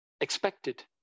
expected